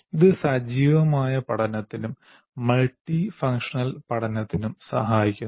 ഇത് സജീവമായ പഠനത്തിനും മൾട്ടിഫങ്ഷണൽ പഠനത്തിനും സഹായിക്കുന്നു